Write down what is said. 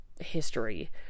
history